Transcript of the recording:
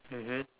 mmhmm